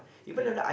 correct